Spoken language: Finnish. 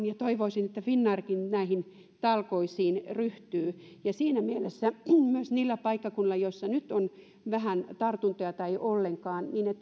ja toivoisin että finnairkin näihin talkoisiin ryhtyy ja siinä mielessä myös niillä paikkakunnilla joissa nyt on vähän tartuntoja tai ollenkaan